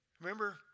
Remember